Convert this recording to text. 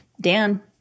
Dan